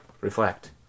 Reflect